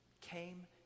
came